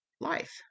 life